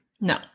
No